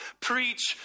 preach